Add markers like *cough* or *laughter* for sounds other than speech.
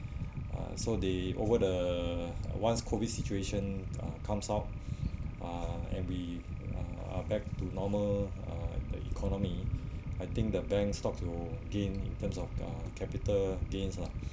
uh so they over the once COVID situation uh comes out *breath* uh and we uh are back to normal uh the economy I think the bank stock will gain in terms of uh capital gains lah